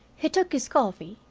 he took his coffee,